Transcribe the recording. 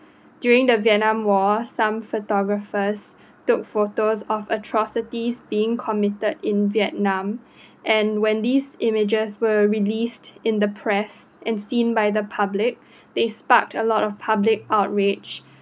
during the Vietnam war some photographers took photos of atrocities being committed in Vietnam and when this images were released in the press and seen by the public they sparked a lot of public outrage